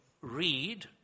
read